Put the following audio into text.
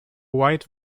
wide